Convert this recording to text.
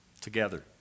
together